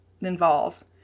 involves